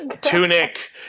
tunic